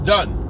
Done